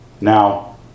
Now